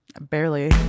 Barely